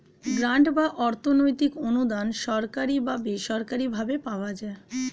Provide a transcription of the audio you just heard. grant বা অর্থনৈতিক অনুদান সরকারি বা বেসরকারি ভাবে পাওয়া যায়